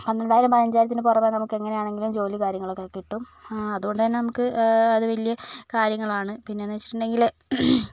പന്ത്രണ്ടായിരം പതിനഞ്ചായിരത്തിനു പുറമേ നമുക്ക് എങ്ങനെയാണെങ്കിലും ജോലിയും കാര്യങ്ങളും കിട്ടും അതുകൊണ്ട് തന്നെ നമുക്ക് അത് വലിയ കാര്യങ്ങളാണ് പിന്നെയെന്നു വെച്ചിട്ടുണ്ടെങ്കിൽ